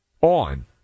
on